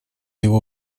его